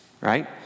right